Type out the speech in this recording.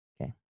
Okay